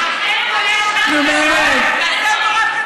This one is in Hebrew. תעשה אותו רב קטן.